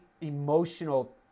emotional